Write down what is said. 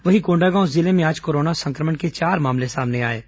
वहीं कोंडागांव जिले में आज कोरोना संक्रमण के चार मामले सामने आए हैं